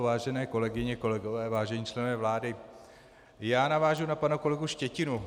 Vážené kolegyně, kolegové, vážení členové vlády, já navážu pana kolegu Štětinu.